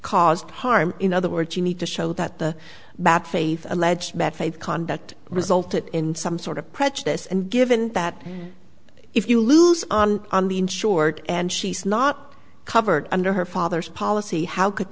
caused harm in other words you need to show that the bad faith alleged bad faith conduct resulted in some sort of prejudice and given that if you lose on on the insured and she's not covered under her father's policy how could